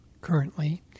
currently